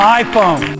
iPhone